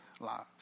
lives